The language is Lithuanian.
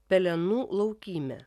pelenų laukymė